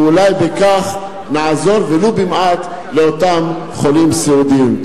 ואולי בכך נעזור ולו במעט לאותם חולים סיעודיים.